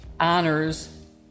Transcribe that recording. honors